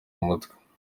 mutwe